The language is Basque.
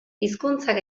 hizkuntzak